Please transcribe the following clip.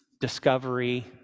discovery